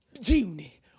Junie